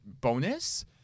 bonus